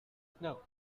snow